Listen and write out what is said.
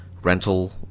rental